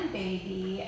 baby